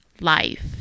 life